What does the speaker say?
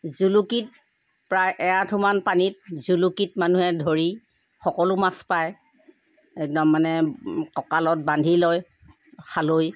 জুলুকিত প্ৰায় এআঠুমান পানীত জুলুকিত মানুহে ধৰি সকলো মাছ পাই একদম মানে ককালত বান্ধি লয় খালৈ